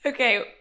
Okay